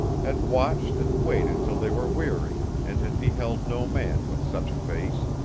had watched and waited till they were weary, and had beheld no man with such a face,